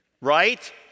Right